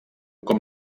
com